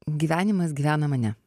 gyvenimas gyvena mane